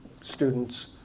students